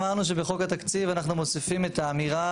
אמרנו שבחוק התקציב אנחנו מוסיפים את האמירה,